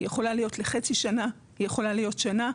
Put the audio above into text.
היא יכולה להיות לחצי שנה, היא יכולה להיות לשנה.